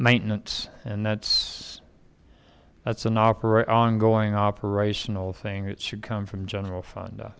maintenance and that's that's an operetta ongoing operational thing that should come from general fund o